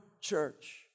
church